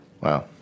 wow